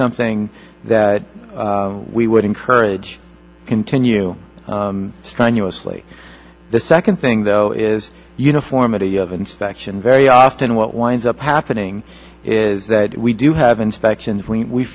something that we would encourage continue strenuously the second thing though is uniformity of inspection very often what winds up happening is that we do have inspections we